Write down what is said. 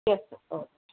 X okay